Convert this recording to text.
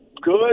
good